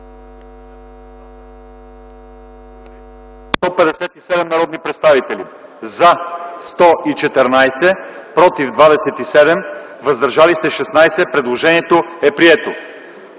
171 народни представители: за 168, против няма, въздържали се 3. Предложението е прието.